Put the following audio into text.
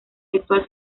sexual